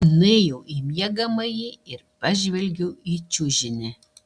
nuėjau į miegamąjį ir pažvelgiau į čiužinį